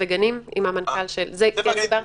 והגנים עם המנכ"ל של --- טבע דיברו,